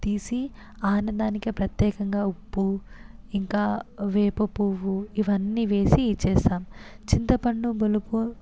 తీసి ఆనందానికి ప్రత్యేకంగా ఉప్పు ఇంకా వేప పువ్వు ఇవన్నీ వేసి చేస్తాం చింతపండు పులుపు